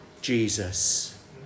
Jesus